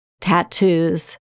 tattoos